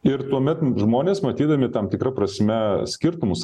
ir tuomet žmonės matydami tam tikra prasme skirtumus